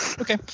Okay